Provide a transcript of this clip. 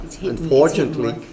unfortunately